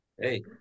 Hey